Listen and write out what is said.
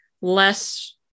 less